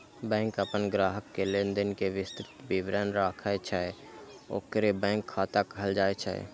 bank अपन ग्राहक के लेनदेन के विस्तृत विवरण राखै छै, ओकरे बैंक खाता कहल जाइ छै